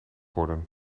worden